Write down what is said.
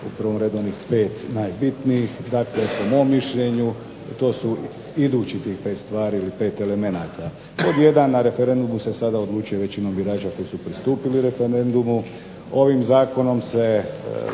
u prvom redu onih 5 najbitnijih, dakle po mom mišljenju to su, idući tih 5 stvari ili 5 elemenata. Pod jedan na referendumu se sada odlučuje većinom birača koji su pristupili referendumu, ovim zakonom se